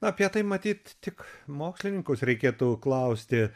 apie tai matyt tik mokslininkus reikėtų klausti